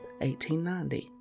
1890